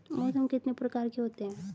मौसम कितने प्रकार के होते हैं?